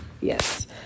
Yes